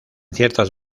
ciertas